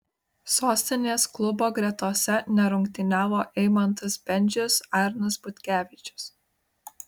sostinės klubo gretose nerungtyniavo eimantas bendžius arnas butkevičius